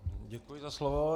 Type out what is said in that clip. Děkuji za slovo.